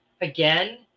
again